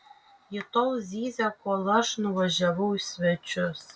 ji tol zyzė kol aš nuvažiavau į svečius